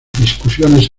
discusiones